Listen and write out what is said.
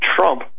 Trump